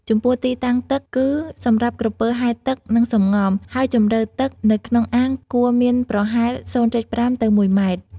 ចំពោះទីតាំងទឹក គឺសម្រាប់ក្រពើហែលទឹក និងសម្ងំ ហើយជម្រៅទឹកនៅក្នុងអាងគួរមានប្រហែល ០.៥ ទៅ១ ម៉ែត្រ។